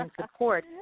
support